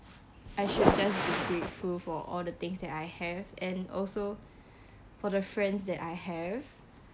I shall just be grateful for all the things that I have and also for the friends that I have